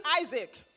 Isaac